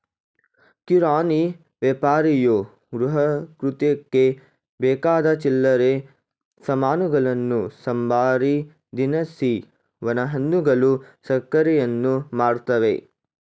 ಕಿರಾಣಿ ವ್ಯಾಪಾರಿಯು ಗೃಹಕೃತ್ಯಕ್ಕೆ ಬೇಕಾದ ಚಿಲ್ಲರೆ ಸಾಮಾನುಗಳನ್ನು ಸಂಬಾರ ದಿನಸಿ ಒಣಹಣ್ಣುಗಳು ಸಕ್ಕರೆಯನ್ನು ಮಾರ್ತವೆ